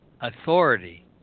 authority